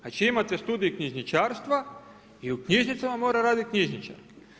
Znači imate studij knjižničarstva i u knjižnicama mora raditi knjižničar.